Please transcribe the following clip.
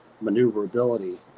maneuverability